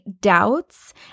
doubts